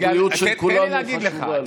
הבריאות של כולנו חשובה לי.